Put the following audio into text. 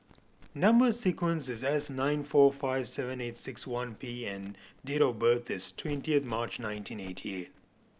number sequence is S nine four five seven eight six one P and date of birth is twentieth March nineteen eighty eight